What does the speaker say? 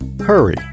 Hurry